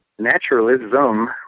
Naturalism